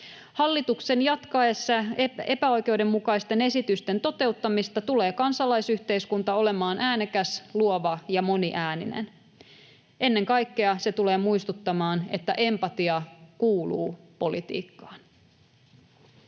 Hallituksen jatkaessa epäoikeudenmukaisten esitysten toteuttamista tulee kansalaisyhteiskunta olemaan äänekäs, luova ja moniääninen. Ennen kaikkea se tulee muistuttamaan, että empatia kuuluu politiikkaan.